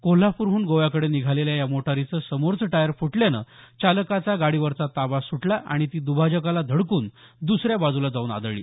कोल्हापूरहून गोव्याकडे निघालेल्या या मोटारीचं समोरचं टायर फुटल्यानं चालकाचा गाडीवरचा ताबा सुटला आणि ती दुभाजकाला धडकून दुसऱ्या बाजूला जाऊन आदळली